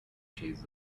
shades